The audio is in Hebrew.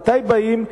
מתי באים,